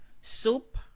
soup